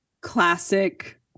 classic